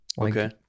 Okay